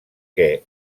què